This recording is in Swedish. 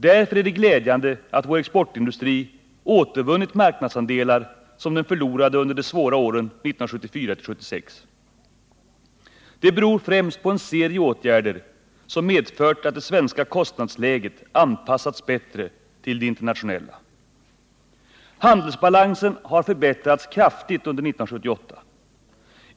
Därför är det glädjande att vår exportindustri återvunnit marknadsandelar som den förlorade under de svåra åren 1974-1976. Det beror främst på en serie åtgärder, som medfört att det svenska kostnadsläget anpassats bättre till det internationella. Handelsbalansen har förbättrats kraftigt under 1978.